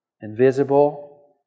invisible